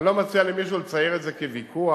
אני לא מציע למישהו לצייר את זה כוויכוח,